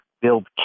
build